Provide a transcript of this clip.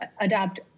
adopt